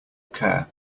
care